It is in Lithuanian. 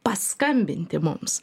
paskambinti mums